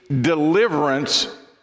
deliverance